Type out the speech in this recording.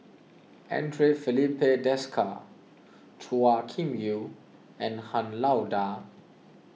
andre Filipe Desker Chua Kim Yeow and Han Lao Da